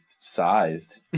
sized